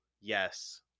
yes